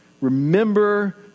Remember